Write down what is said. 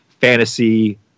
fantasy